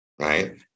right